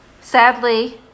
Sadly